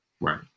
right